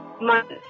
months